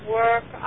work